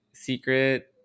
Secret